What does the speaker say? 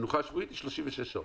מנוחה שבועית היא 36 שעות,